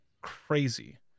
crazy